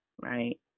right